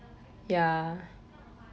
ya